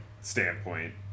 standpoint